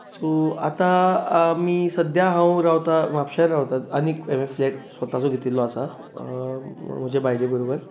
so आतां आमी सद्याक हांव रावतां म्हापश्या रावतां हांवें फ्लॅट स्वताचो घेतिल्लो आसा म्हजे बायले बरोबर